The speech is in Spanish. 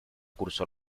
cursó